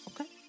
okay